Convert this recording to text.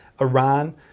Iran